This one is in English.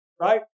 right